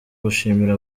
gushimira